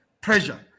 pressure